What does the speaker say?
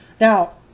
now